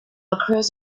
across